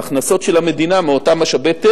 ההכנסות של המדינה מאותם משאבי טבע,